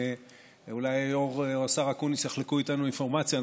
אולי היו"ר או השר אקוניס יחלקו איתנו אינפורמציה,